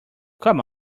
come